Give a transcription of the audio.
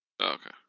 Okay